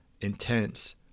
intense